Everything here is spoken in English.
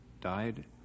died